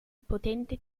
potente